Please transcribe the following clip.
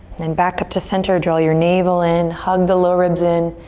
and then back up to center, draw your navel in, hug the lower ribs in.